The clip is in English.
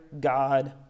God